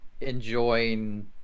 enjoying